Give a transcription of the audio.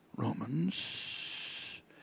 Romans